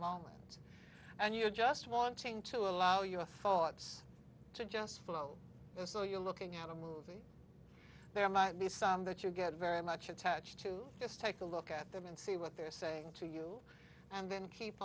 moment and you just wanting to allow your thoughts to just flow so you're looking at a movie there might be some that you get very much attached to just take a look at them and see what they're saying to you and then keep